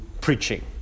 preaching